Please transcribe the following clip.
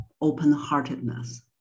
open-heartedness